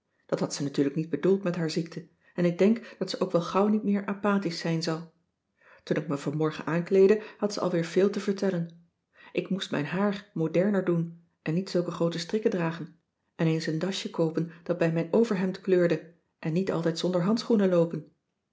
dat had ze natuurlijk niet bedoeld met haar ziekte en ik denk dat ze ook wel gauw niet meer apathisch zijn zal toen ik me vanmorgen aankleedde had ze alweer veel te vertellen ik moest mijn haar moderner doen en niet zulke groote strikken dragen en eens een dasje koopen dat bij mijn overhemd kleurde en niet altijd zonder handschoenen loopen